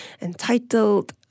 entitled